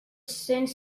cents